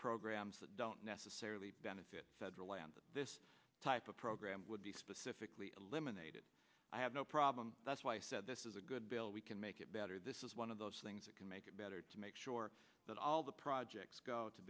programs that don't necessarily benefit federal land this type of program would be specifically eliminated i have no problem that's why i said this is a good bill we can make it better this is one of those things that can make it better to make sure that all the projects go to